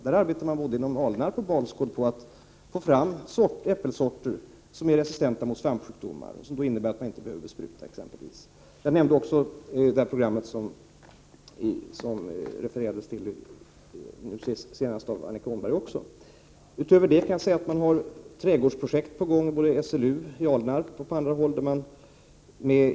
Både vid Alnarp och vid Balsgård arbetar man på att få fram äppelsorter som är resistenta mot svampsjukdomar, vilket innebär att det inte behövs besprutning. Jag nämnde också det program som Annika Åhnberg refererade till senast. Därutöver kan jag säga att trädgårdsprojekt är på gång, både vid SLU i Alnarp och på andra håll.